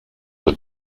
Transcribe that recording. were